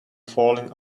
falling